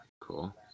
cool